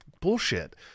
bullshit